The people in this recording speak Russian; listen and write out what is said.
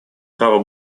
право